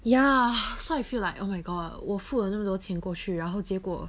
ya so I feel like oh my god 我付了那么多钱过去然后结果